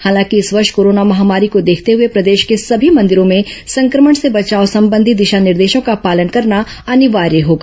हालांकि इस वर्ष कोरोना महामारी को देखते हुए प्रदेश को सभी मंदिरों में संक्रमण से बचाव संबंधी दिशा निर्देशों का पालन करना अनिवार्य होगा